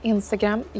Instagram